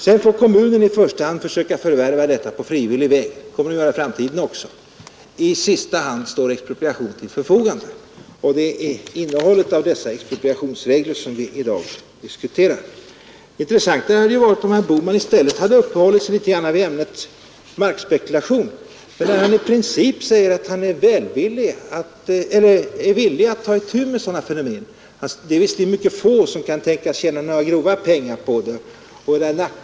Det bör därför råda en bättre jämvikt mellan intressenterna. Kommunerna får också i framtiden försöka att i första hand förvärva mark på frivillig väg. Endast i sista hand står expropriationen till buds. Det är innehållet i de expropriationsregler vi i dag diskuterar. Det hade varit intressant om herr Bohman i stället hade uppehållit sig litet vid ämnet markspekulation. Där sade herr Bohman bara att han i princip är villig att ta itu med sådana fenomen. Men det är säkert bara några få som kan tänkas tjäna grova pengar på markspekulationer, sade han.